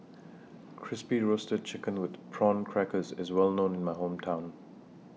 Crispy Roasted Chicken with Prawn Crackers IS Well known in My Hometown